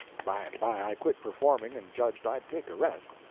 by and by i quit performing, and judged i'd take a rest.